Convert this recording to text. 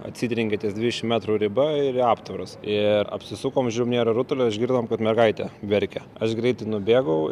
atsitrenkė ties dvidešimt metrų riba ir į aptvarus ir apsisukom žiūrim nėra rutulio išgirdom kad mergaitė verkia aš greitai nubėgau